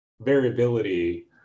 variability